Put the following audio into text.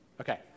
Okay